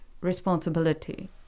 responsibility